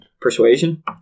persuasion